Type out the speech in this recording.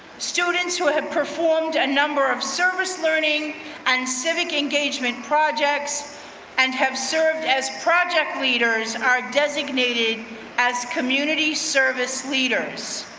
students who had performed a number of service learning and civic engagement projects and have served as project leaders, are designated as community service leaders.